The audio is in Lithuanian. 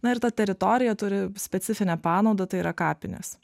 na ir ta teritorija turi specifinę panaudą tai yra kapinės